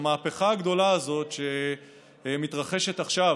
המהפכה הגדולה הזאת מתרחשת עכשיו.